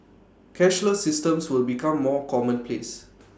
cashless systems will become more commonplace